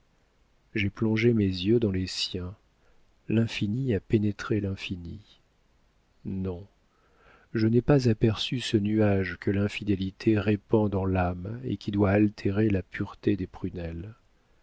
j'ai plongé mes yeux dans les siens l'infini a pénétré l'infini non je n'ai pas aperçu ce nuage que l'infidélité répand dans l'âme et qui doit altérer la pureté des prunelles